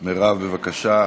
מירב, בבקשה.